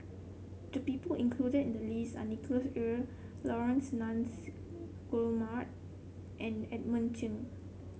the people included in the list are Nicholas Ee Laurence Nunns Guillemard and Edmund Cheng